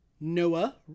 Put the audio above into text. noah